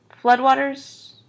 floodwaters